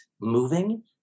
moving